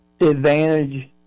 advantage